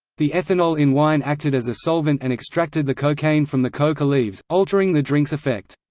the ethanol in wine acted as a solvent and extracted the cocaine from the coca leaves, altering the drink's effect.